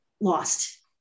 lost